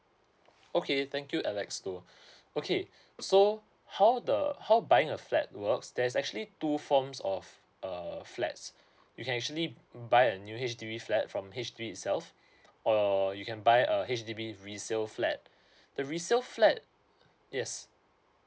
okay thank you alex toh okay so how the how buying a flat works there's actually two forms of err flats you can actually buy a new H_D_B flat from H_D_B itself or you can buy a H_D_B resale flat the resale flat yes